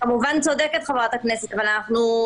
כמובן צודקת חברת הכנסת פרומן.